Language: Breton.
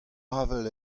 avel